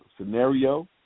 scenario